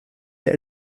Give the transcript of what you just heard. der